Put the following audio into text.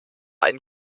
ein